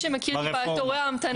מי שמכיר טיפה את תורי ההמתנה,